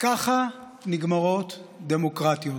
ככה נגמרות דמוקרטיות.